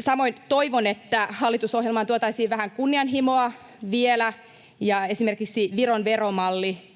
Samoin toivon, että hallitusohjelmaan tuotaisiin vähän kunnianhimoa vielä ja esimerkiksi Viron veromalli,